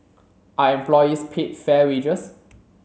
are employees paid fair wages